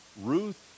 Ruth